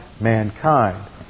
mankind